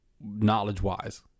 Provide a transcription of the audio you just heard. knowledge-wise